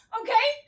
okay